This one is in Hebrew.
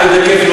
מכובדי השרים,